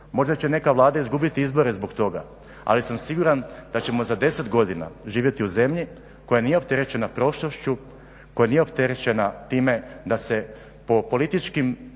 Možda će neka Vlada izgubiti izbore zbog toga, ali sam siguran da ćemo za 10 godina živjeti u zemlji koja nije opterećena prošlošću, koja nije opterećena time da se po političkim